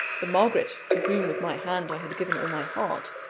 the margaret to whom with my hand i had given all my heart,